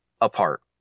apart